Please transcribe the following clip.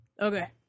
Okay